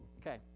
Okay